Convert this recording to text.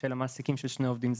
של המעסיקים של שני עובדים זרים.